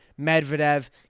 Medvedev